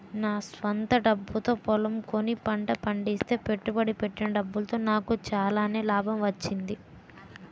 నా స్వంత డబ్బుతో పొలం కొని పంట పండిస్తే పెట్టుబడి పెట్టిన డబ్బులో నాకు చాలానే లాభం వచ్చింది